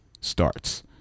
starts